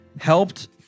helped